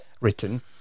written